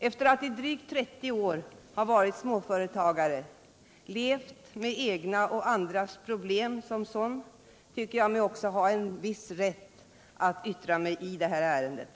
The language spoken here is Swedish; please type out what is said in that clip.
Efter att dessutom i drygt 30 år ha varit småföretagare och levt med egna och andras problem som sådan, tycker jag mig ha en viss rätt att yttra mig i det här ärendet.